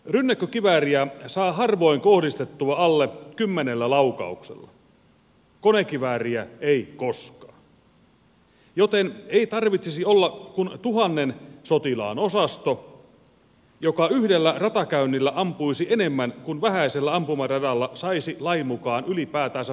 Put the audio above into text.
rynnäkkökivääriä saa harvoin kohdistettua alle kymmenellä laukauksella konekivääriä ei koskaan joten ei tarvitsisi olla kuin tuhannen sotilaan osasto joka yhdellä ratakäynnillä ampuisi enemmän kuin vähäisellä ampumaradalla saisi lain mukaan ylipäätänsä vuodessa ampua